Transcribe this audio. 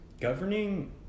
Governing